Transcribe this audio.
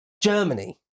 germany